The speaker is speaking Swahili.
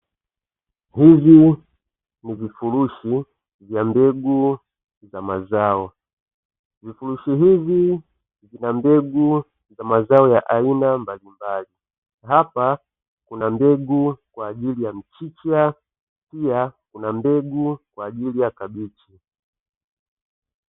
Hivi ni vifurushi vya mbegu za mazao vifurushi hivi vina mbegu za mazao ya aina mbalimbali, hapa kuna mbegu kwa ajili ya mchicha pia kuna mbegu kwa ajili ya kabichi.